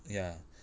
ya